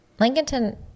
Lincolnton